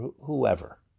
whoever